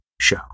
show